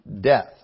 death